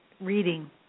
reading